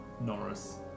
Norris